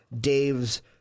Dave's